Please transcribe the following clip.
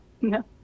No